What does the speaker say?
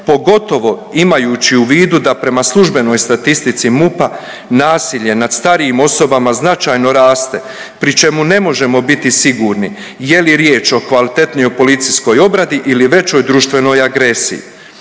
pogotovo imajući u vidu da prema službenoj statistici MUP-a nasilje nad starijim osobama značajno raste pri čemu ne možemo biti sigurni je li riječ o kvalitetnoj policijskoj obradi ili većoj društvenoj agresiji.